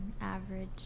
Average